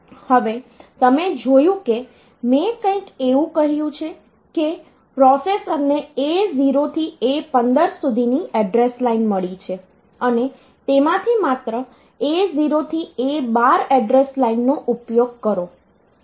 હવે તમે જોયું કે મેં કંઈક એવું કહ્યું છે કે પ્રોસેસરને A0 થી A15 સુધીની એડ્રેસ લાઇન મળી છે અને તેમાંથી માત્ર A0 થી A12 એડ્રેસ લાઇનનો ઉપયોગ કરો